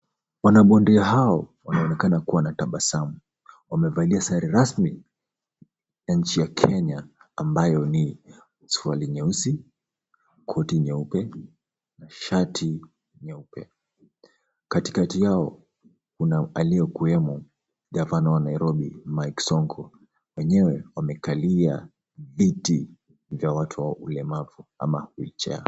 Wanabondia hao wanaonekana kuwa na tabasamu, wamevalia sare rasmi ya nchi ya Kenya ambayo ni suruali nyeusi, koti nyeupe na shati nyeupe. Katikati yao kuna aliyekuwemo gavana wa Nairobi, Mike Sonko. Wenyewe wamekalia viti vya watu wa ulemavu ama wheelchair .